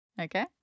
Okay